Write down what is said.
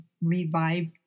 revived